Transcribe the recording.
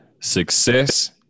success